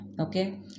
okay